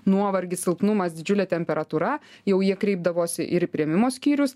nuovargis silpnumas didžiulė temperatūra jau jie kreipdavosi ir į priėmimo skyrius